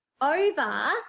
over